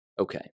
okay